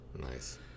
Nice